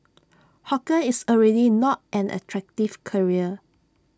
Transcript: hawker is already not an attractive career